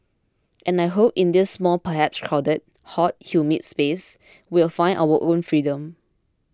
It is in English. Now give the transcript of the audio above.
and I hope in this small perhaps crowded hot humid space we will find our own freedom